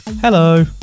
Hello